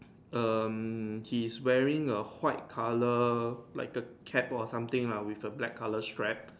um his wearing a white colour like a cap or something lah with the black colour strap